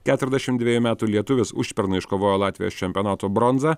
keturiasdešim dviejų metų lietuvis užpernai iškovojo latvijos čempionato bronzą